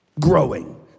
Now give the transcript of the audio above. Growing